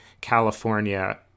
California